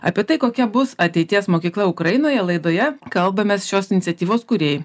apie tai kokia bus ateities mokykla ukrainoje laidoje kalbamės šios iniciatyvos kūrėjai